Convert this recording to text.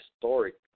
historic